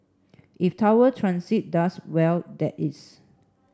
if Tower Transit does well that is